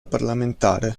parlamentare